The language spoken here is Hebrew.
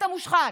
המושחת,